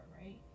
right